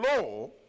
law